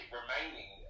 remaining